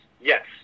yes